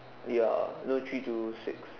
ya no three to six